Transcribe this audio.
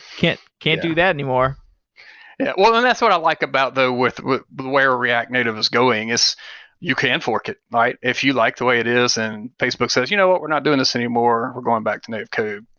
can't can't do that anymore yeah. well then that's what i like about though with with where react native is going is you can fork it, right? if you like the way it is and facebook says, you know what? we're not doing this anymore. we're going back to native code.